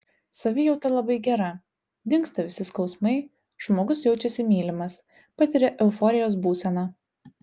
savijauta labai gera dingsta visi skausmai žmogus jaučiasi mylimas patiria euforijos būseną